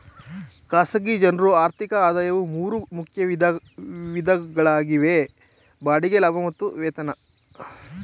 ಖಾಸಗಿ ಜನ್ರು ಆರ್ಥಿಕ ಆದಾಯವು ಮೂರು ಮುಖ್ಯ ವಿಧಗಳಾಗಿವೆ ಬಾಡಿಗೆ ಲಾಭ ಮತ್ತು ವೇತನ